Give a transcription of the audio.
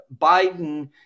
Biden